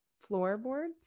floorboards